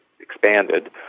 expanded